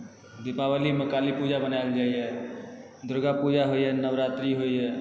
दीपावलीमे काली पूजा मनाएल जाइए दुर्गा पूजा होइए नवरात्रि होइए